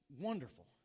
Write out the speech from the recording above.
wonderful